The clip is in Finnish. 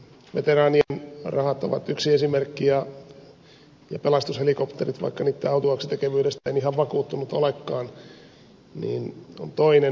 veteraanien rahat ovat yksi esimerkki ja pelastushelikopterit vaikka niitten autuaaksitekevyydestä en ihan vakuuttunut olekaan ovat toinen